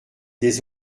des